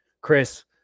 Chris